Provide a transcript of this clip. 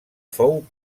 fou